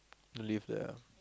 live there ah